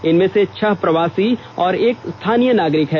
इनमें से छह प्रवासी और एक स्थानीय नागरिक है